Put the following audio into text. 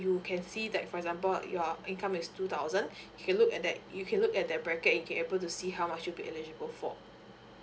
you can see that for example your income is two thousand you can look at that you can look at the bracket and you can able to see how much you be eligible for